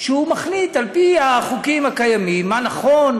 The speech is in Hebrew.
שמחליט על פי החוקים הקיימים מה נכון,